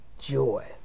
joy